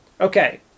Okay